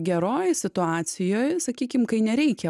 geroj situacijoj sakykim kai nereikia